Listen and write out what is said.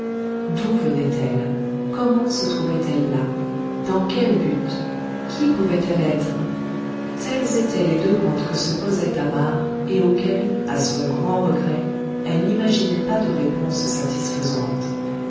d'où venait-elle comment se trouvait-elle là dans quel but qui pouvait-elle être telles étaient les demandes que se posait thamar et auxquelles à son grand regret elle n'imaginait pas de réponses satisfaisantes